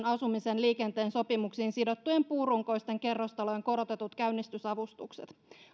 asumisen ja liikenteen sopimuksiin sidottujen puurunkoisten kerrostalojen korotetut käynnistysavustukset